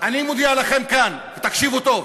אני מודיע לכם כאן, תקשיבו טוב,